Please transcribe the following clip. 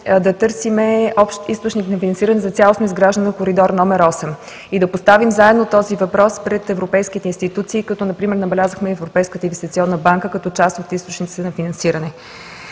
да търсим общ източник на финансиране за цялостно изграждане на коридор № 8 и да поставим заедно този въпрос пред европейските институции като например Европейската инвестиционна банка, като част от източниците за финансиране.